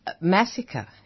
massacre